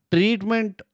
Treatment